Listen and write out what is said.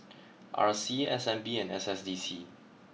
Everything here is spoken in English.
R C S N B and S S D C